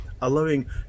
allowing